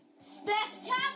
Spectacular